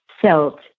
felt